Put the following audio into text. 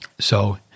So-